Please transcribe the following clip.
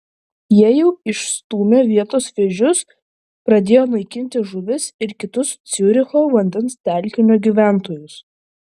jie jau išstūmė vietos vėžius pradėjo naikinti žuvis ir kitus ciuricho vandens telkinio gyventojus